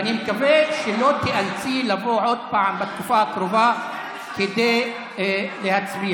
ואני מקווה שלא תיאלצי לבוא עוד פעם בתקופה הקרובה כדי להצביע.